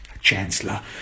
chancellor